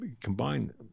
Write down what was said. combine